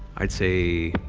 i'd say,